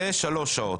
שלוש שעות.